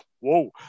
whoa